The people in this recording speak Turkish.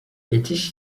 geçiş